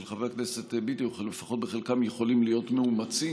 חבר כנסת ביטון לפחות בחלקם יכולים להיות מאומצים,